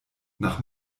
nach